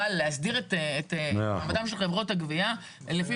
אבל להסדיר את מעמדן של חברות הגבייה לפי